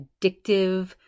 addictive